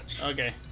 Okay